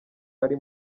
ari